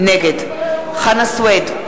נגד חנא סוייד,